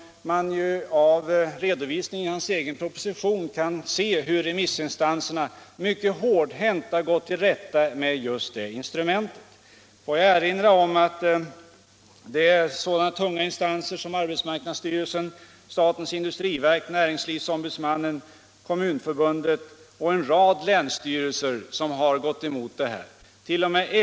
Av redovisningen i hans egen proposition kan man se att remissinstanserna mycket hårdhänt gått till rätta med just det instrumentet. Tunga instanser som arbetsmarknadsstyrelsen, statens industriverk, näringsfrihetsombudsmannen, Kommunförbundet och en rad länsstyrelser har gått emot det. T. o. m.